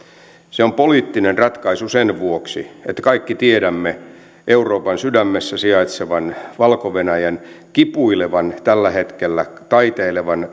se on poliittinen ratkaisu sen vuoksi että kaikki tiedämme euroopan sydämessä sijaitsevan valko venäjän kipuilevan tällä hetkellä taiteilevan